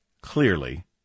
clearly